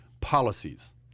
policies